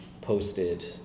posted